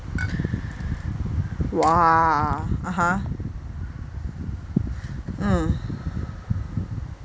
!wah! (uh huh)